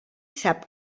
sap